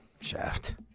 shaft